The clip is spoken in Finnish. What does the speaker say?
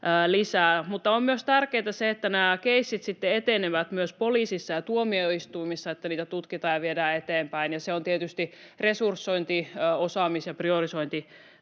lisää. Mutta on myös tärkeätä, että nämä keissit sitten etenevät myös poliisissa ja tuomioistuimissa, että niitä tutkitaan ja viedään eteenpäin, ja se on tietysti resursointi-, osaamis- ja priorisointikysymys.